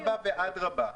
אדרבה ואדרבה.